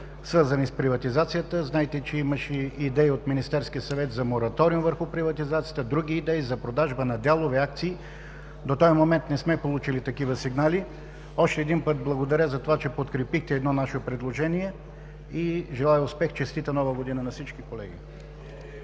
свързани с приватизацията. Знаете, че имаше идеи от Министерския съвет за мораториум върху приватизацията, други идеи за продажба на дялове, акции. До този момент не сме получили такива сигнали. Още един път благодаря за това, че подкрепихте наше предложение. Желая Ви успех и честита Нова година на всички колеги!